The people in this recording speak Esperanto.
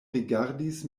rigardis